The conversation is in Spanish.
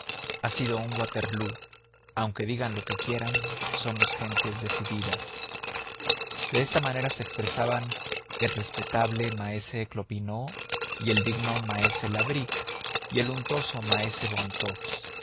ha sido un waterloo aunque digan lo que quieran somos gentes decididas de esta manera se expresaban el respetable maese clopineau y el digno maese labrique y el untuoso maese bontoux